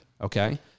Okay